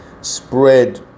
spread